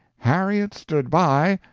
harriet stood by,